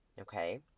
Okay